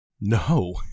No